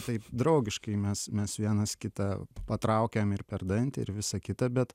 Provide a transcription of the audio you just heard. taip draugiškai mes mes vienas kitą patraukiam ir per dantį ir visą kitą bet